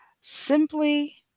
Simply